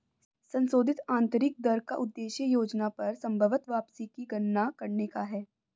संशोधित आंतरिक दर का उद्देश्य योजना पर संभवत वापसी की गणना करने का है